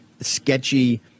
sketchy